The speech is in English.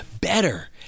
better